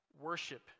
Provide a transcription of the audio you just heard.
worship